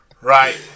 Right